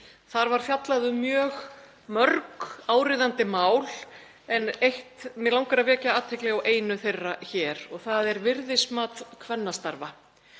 Þar var fjallað um mjög mörg áríðandi mál en mig langar að vekja athygli á einu þeirra hér og það er virðismat kvennastarfa.